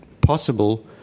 possible